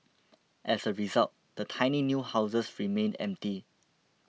as a result the tiny new houses remained empty